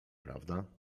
prawda